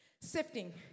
sifting